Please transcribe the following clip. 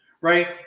right